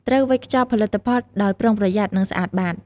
ត្រូវវេចខ្ចប់ផលិតផលដោយប្រុងប្រយ័ត្ន និងស្អាតបាត។